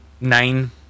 Nine